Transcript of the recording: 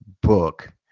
book